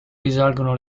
risalgono